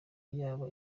yaba